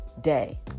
day